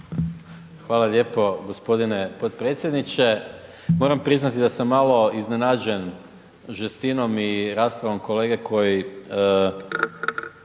Hvala lijepo g. potpredsjedniče. Moram priznati da sam malo iznenađen žestinom i raspravom kolege koji